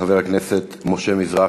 חבר הכנסת משה מזרחי,